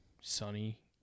sunny